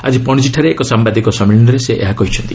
ଆଜି ପଣଜୀଠାରେ ଏକ ସାମ୍ବାଦିକ ସମ୍ମିଳନୀରେ ସେ ଏହା କହିଛନ୍ତି